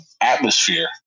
atmosphere